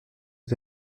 est